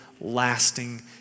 lasting